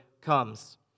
comes